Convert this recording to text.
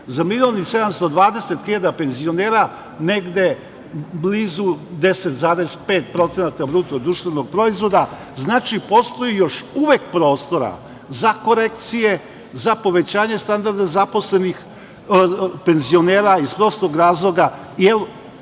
za 1.720.000 penzionera negde blizu 10,5 BDP. Znači, postoji još uvek prostora za korekcije, za povećanje standarda zaposlenih penzionera, iz prostog razloga